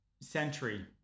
century